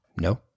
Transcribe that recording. No